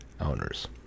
owners